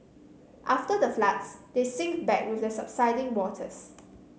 after the floods they sink back with the subsiding waters